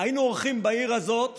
היינו עורכים בעיר הזאת